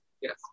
yes